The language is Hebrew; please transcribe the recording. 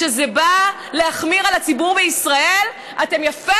כשזה בא להחמיר על הציבור בישראל אתם יפה